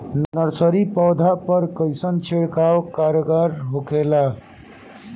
Nursery पौधा पर कइसन छिड़काव कारगर होखेला?